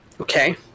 Okay